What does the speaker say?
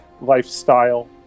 lifestyle